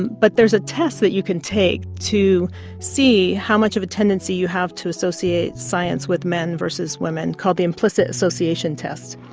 but there's a test that you can take to see how much of a tendency you have to associate science with men vs women, called the implicit association test.